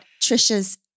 Trisha's